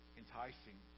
enticing